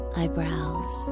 eyebrows